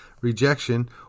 rejection